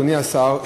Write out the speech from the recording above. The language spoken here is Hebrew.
אדוני השר,